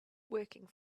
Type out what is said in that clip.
working